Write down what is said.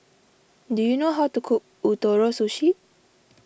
do you know how to cook Ootoro Sushi